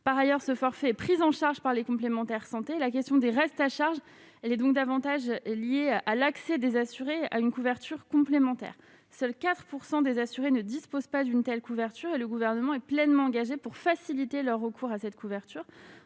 par ailleurs ce forfait pris en charge par les complémentaires santé, la question des restes à charge les donc davantage liée à l'accès des assurés à une couverture complémentaire, seuls 4 % des assurés ne dispose pas d'une telle couverture et le gouvernement est pleinement engagée pour faciliter le recours à cette couverture,